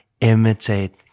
imitate